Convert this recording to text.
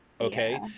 okay